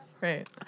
Right